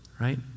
Right